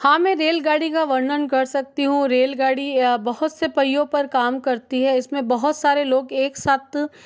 हाँ मैं रेलगाड़ी का वर्णन कर सकती हूँ रेलगाड़ी यह बहुत से पहियों पर काम करती है इसमें बहुत सारे लोग एक साथ